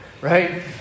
right